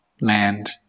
land